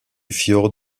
fjord